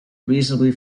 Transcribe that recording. reasonably